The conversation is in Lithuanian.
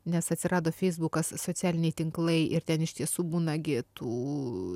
nes atsirado feisbukas socialiniai tinklai ir ten iš tiesų būna gi tų